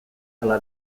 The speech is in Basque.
ala